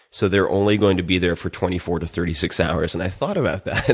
so they're only going to be there for twenty four to thirty six hours. and i thought about that,